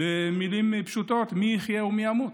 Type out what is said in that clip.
במילים פשוטות, מי יחיה ומי ימות,